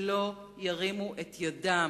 שלא ירימו את ידם.